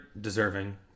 deserving